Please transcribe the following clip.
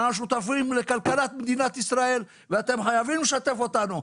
אנחנו שותפים לכלכלת מדינת ישראל ואתם חייבים לשתף אותנו.